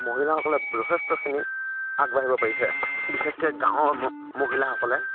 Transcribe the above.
মহিলাসকলে যথেষ্টখিনি আগবাঢ়িব পাৰিছে বিশেষকৈ গাঁৱৰ ম মহিলাসকলে